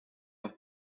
auch